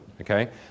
Okay